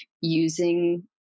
using